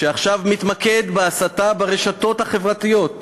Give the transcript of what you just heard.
שעכשיו מתמקד בהסתה ברשתות החברתיות,